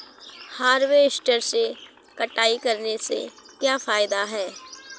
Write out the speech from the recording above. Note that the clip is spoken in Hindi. हार्वेस्टर से कटाई करने से क्या फायदा है?